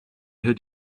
had